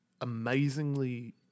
amazingly